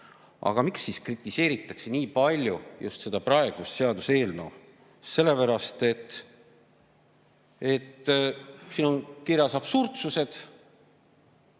Aga miks siis kritiseeritakse nii palju just praegust seaduseelnõu? Sellepärast, et siin on kirjas absurdsused.